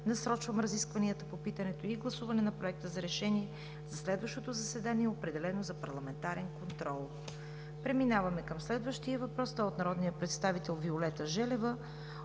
насрочвам разискванията по питането и гласуване на Проекта за решение за следващото заседание, определено за парламентарен контрол. Преминаваме към следващия въпрос. Той е от народния представител Виолета Желева